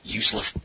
useless